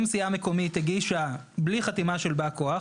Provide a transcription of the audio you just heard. זה אומר שאם סיעה מקומית הגישה בלי חתימה של בא כוח,